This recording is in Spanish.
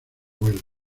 vuelo